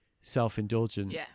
self-indulgent